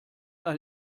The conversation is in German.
ein